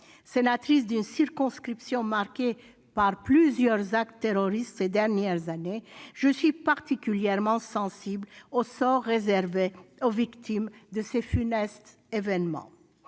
Sénatrice d'une circonscription marquée par plusieurs actes terroristes ces dernières années, je suis particulièrement sensible au sort réservé aux victimes de ces funestes événements.